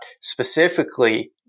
specifically